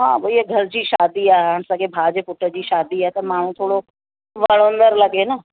हा भईया घर जी शादी आहे हाणे सॻे भाउ जे पुट जी शादी आहे त माण्हू थोरो वणंदड़ लॻे न